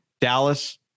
Dallas